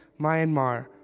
Myanmar